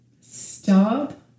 Stop